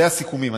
אלה הסיכומים.